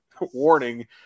Warning